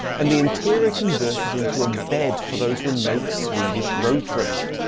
and the interior converted into a bed for those remote swedish road trips.